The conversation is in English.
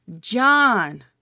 John